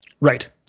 right